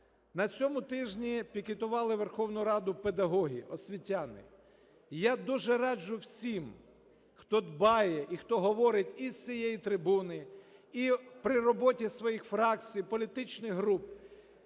На цьому тижні пікетували Верховну Раду педагоги, освітяни. І я дуже раджу всім, хто дбає і хто говорить і з цієї трибуни, і при роботі своїх фракцій, політичних груп,